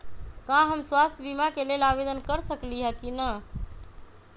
का हम स्वास्थ्य बीमा के लेल आवेदन कर सकली ह की न?